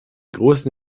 großen